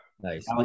nice